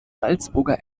salzburger